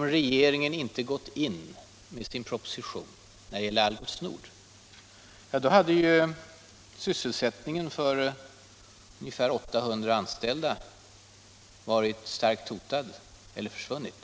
om regeringen inte hade gått in med sin proposition? Jo, då hade sysselsättningen för ungefär 800 anställda varit starkt hotad, och troligen hade jobben försvunnit.